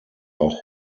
auch